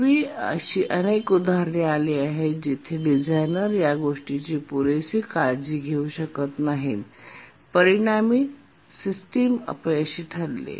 पूर्वी अशी अनेक उदाहरणे आली आहेत जिथे डिझायनर या गोष्टींची पुरेसे काळजी घेऊ शकत नाहीत आणि परिणामी सिस्टम अपयशी ठरले